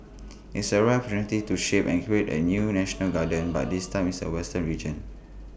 it's A rare opportunity to shape and create A new national gardens but this time is A western region